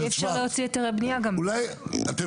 אי אפשר להוציא טופס 4. אולי אתם